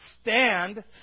Stand